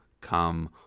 come